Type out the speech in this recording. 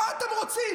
מה אתם רוצים?